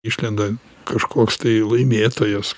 išlenda kažkoks tai laimėtojas